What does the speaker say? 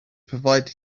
provided